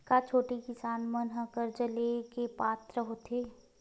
का छोटे किसान मन हा कर्जा ले के पात्र होथे?